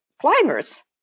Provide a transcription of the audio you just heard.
climbers